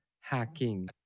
hacking